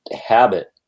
habit